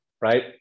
right